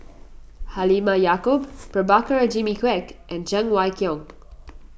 Halimah Yacob Prabhakara Jimmy Quek and Cheng Wai Keung